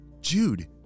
Jude